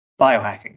Biohacking